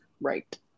right